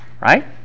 Right